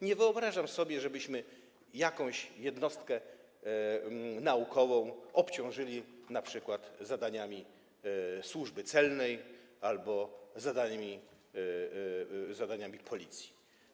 Nie wyobrażam sobie, żebyśmy jakąś jednostkę naukową obciążyli np. zadaniami Służby Celnej albo zadaniami Policji.